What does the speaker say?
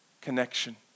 connection